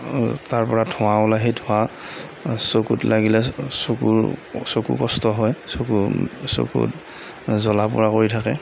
তাৰপৰা ধোঁৱা ওলাই সেই ধোঁৱা চকুত লাগিলে চকুৰ চকু কষ্ট হয় চকু চকুত জ্বলা পোৰা কৰি থাকে